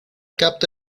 capta